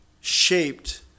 shaped